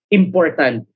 important